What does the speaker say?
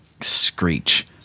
screech